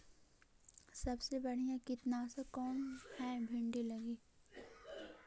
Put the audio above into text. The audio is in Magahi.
सबसे बढ़िया कित्नासक कौन है भिन्डी लगी?